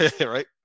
Right